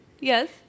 Yes